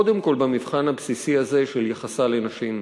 קודם כול במבחן הבסיסי הזה של יחסה לנשים.